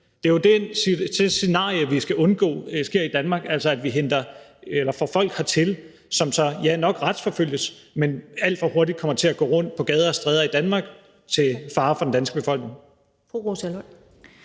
Det er det scenarie, vi skal undgå sker i Danmark, altså at vi får folk hertil, som så godt nok retsforfølges, men alt for hurtigt kommer til at gå rundt på gader og stræder i Danmark til fare for den danske befolkning.